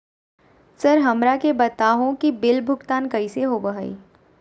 Sir हमरा के बता हो कि बिल भुगतान कैसे होबो है?